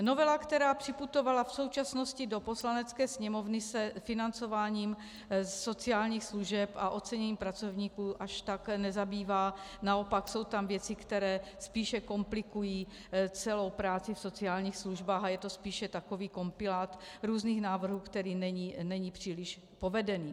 Novela, která připutovala v současnosti do Poslanecké sněmovny, se financováním sociálních služeb a oceněním pracovníků až tak nezabývá, naopak jsou tam věci, které spíše komplikují celou práci v sociálních službách, a je to spíše takový kompilát různých návrhů, který není příliš povedený.